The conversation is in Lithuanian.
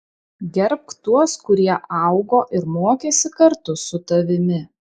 gerbk tuos kurie augo ir mokėsi kartu su tavimi